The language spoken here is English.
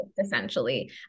Essentially